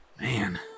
man